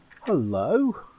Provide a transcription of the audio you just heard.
hello